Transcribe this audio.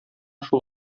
шул